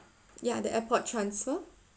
ya the airport transfer